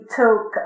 took